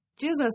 Jesus